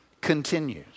continues